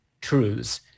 truths